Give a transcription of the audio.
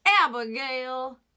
Abigail